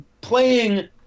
playing